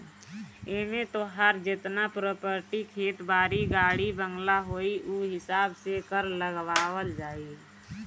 एमे तोहार जेतना प्रापर्टी खेत बारी, गाड़ी बंगला होई उ हिसाब से कर लगावल जाई